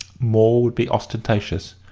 more would be ostentatious.